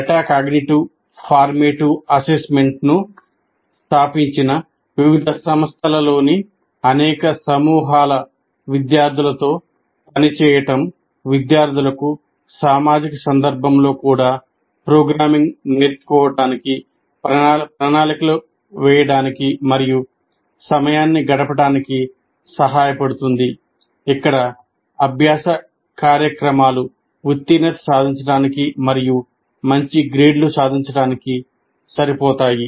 metacognitive formative అసెస్మెంట్ను స్థాపించిన వివిధ సంస్థలలోని అనేక సమూహాల విద్యార్థులతో పనిచేయడం విద్యార్థులకు సామాజిక సందర్భంలో కూడా ప్రోగ్రామింగ్ నేర్చుకోవటానికి ప్రణాళికలు వేయడానికి మరియు సమయాన్ని గడపటానికి సహాయపడుతుంది ఇక్కడ అభ్యాస కార్యక్రమాలు ఉత్తీర్ణత సాధించడానికి మరియు మంచి గ్రేడ్లు సాధించడానికి సరిపోతాయి